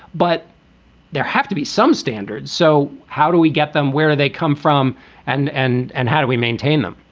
but there have to be some standards. so how do we get them? where do they come from and and and how do we maintain them?